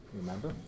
remember